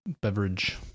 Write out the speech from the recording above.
beverage